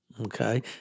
Okay